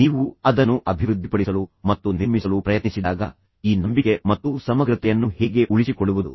ನೀವು ಅದನ್ನು ಅಭಿವೃದ್ಧಿಪಡಿಸಲು ಮತ್ತು ನಿರ್ಮಿಸಲು ಪ್ರಯತ್ನಿಸಿದಾಗ ಈ ನಂಬಿಕೆ ಮತ್ತು ಸಮಗ್ರತೆಯನ್ನು ಹೇಗೆ ಉಳಿಸಿಕೊಳ್ಳುವುದು